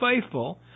faithful